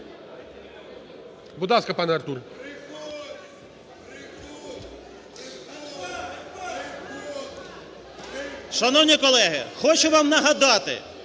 Будь ласка, пане Артуре.